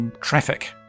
traffic